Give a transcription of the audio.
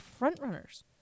frontrunners